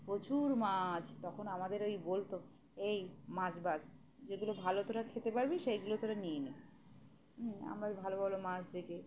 প্রচুর মাছ তখন আমাদের ওই বলতো এই মাছ ভছ যেগুলো ভালো তোরা খেতে পারবি সেইগুলো তোরা নিয়ে নি হম আমরা ও ভালো ভালো মাছ দেখে